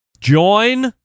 join